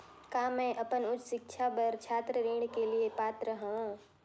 का मैं अपन उच्च शिक्षा बर छात्र ऋण के लिए पात्र हंव?